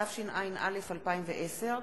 התשע"א 2010,